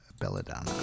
belladonna